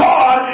God